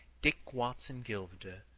dick watson gilder,